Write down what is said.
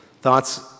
Thoughts